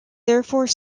therefore